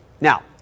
Now